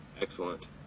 Excellent